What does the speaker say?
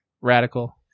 Radical